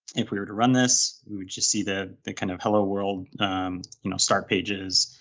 if we were to run this, we would just see the the kind of hello world you know start pages,